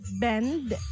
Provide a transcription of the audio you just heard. bend